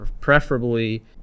preferably